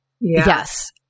Yes